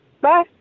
Bye